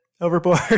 overboard